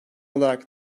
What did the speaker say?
olarak